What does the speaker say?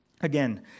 Again